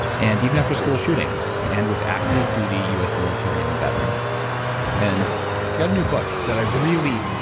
and even after school shootings. and with active-duty us military and veterans and he's got a new book that i really,